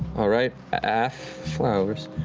all right, af flowers.